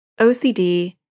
OCD